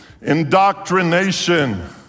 indoctrination